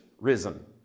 risen